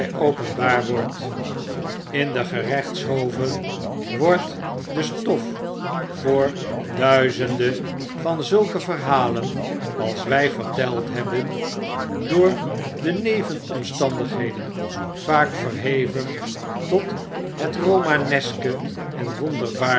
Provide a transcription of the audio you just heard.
openbaar wordt in de gerechtshoven wordt de stof voor duizende van zulke verhalen als wy verteld hebben door de nevenomstandigheden vaak verheven tot het romaneske en